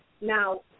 Now